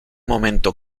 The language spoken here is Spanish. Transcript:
momento